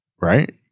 right